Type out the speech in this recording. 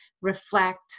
reflect